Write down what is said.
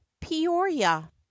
peoria